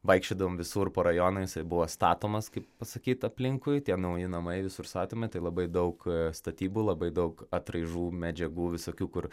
vaikščiodavom visur po rajoną jisai buvo statomas kaip pasakyt aplinkui tie nauji namai visur statomi tai labai daug statybų labai daug atraižų medžiagų visokių kur